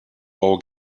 bowl